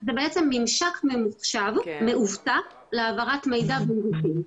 זה בעצם ממשק ממוחשב מאובטח להעברת מידע בין גופים.